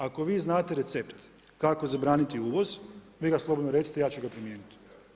Ako vi znate recept kako zabraniti uvoz, vi ga slobodno recite, ja ću ga primijeniti.